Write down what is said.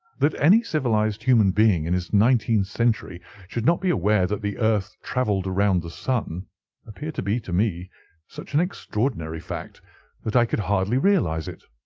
that any civilized human being in this nineteenth century should not be aware that the earth travelled round the sun appeared to be to me such an extraordinary fact that i could hardly realize it.